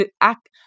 act